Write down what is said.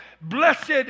Blessed